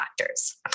factors